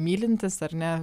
mylintis ar ne